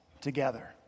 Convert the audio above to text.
together